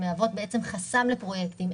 הן מהוות חסם לפרויקטים.